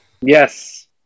Yes